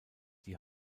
die